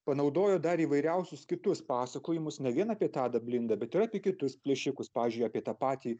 panaudojo dar įvairiausius kitus pasakojimus ne vien apie tadą blindą bet ir apie kitus plėšikus pavyzdžiui apie tą patį